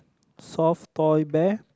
soft boy bear